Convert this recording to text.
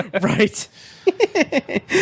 Right